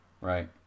Right